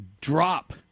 drop